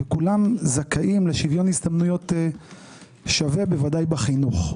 וכולם זכאים לשוויון הזדמנויות ודאי בחינוך,